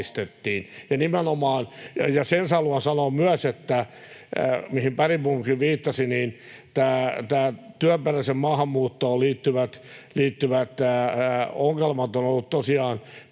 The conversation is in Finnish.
vahvistettiin. Sen haluan sanoa myös, mihin Bergbomkin viittasi, että tähän työperäiseen maahanmuuttoon liittyvät ongelmat ovat olleet tosiaan